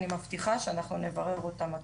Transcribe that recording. אני מבטיחה שאנחנו נברר אותן עד תום.